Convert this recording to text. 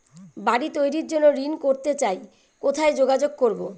বাড়ি তৈরির জন্য ঋণ করতে চাই কোথায় যোগাযোগ করবো?